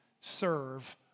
serve